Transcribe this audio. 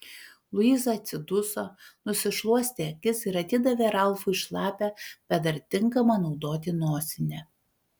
luiza atsiduso nusišluostė akis ir atidavė ralfui šlapią bet dar tinkamą naudoti nosinę